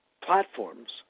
platforms